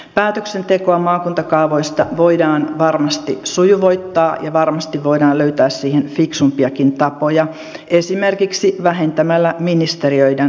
päätöksentekoa maakuntakaavoista voidaan varmasti sujuvoittaa ja varmasti voidaan löytää siihen fiksumpiakin tapoja esimerkiksi vähentämällä ministeriöiden lausuntoja